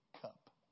cup